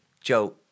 Joe